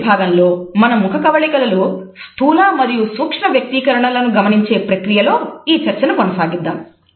వచ్చే విభాగంలో మన ముఖకవళికల లో స్థూల మరియు సూక్ష్మ వ్యక్తీకరణలను గమనించే ప్రక్రియలో ఈ చర్చను కొనసాగిద్దాం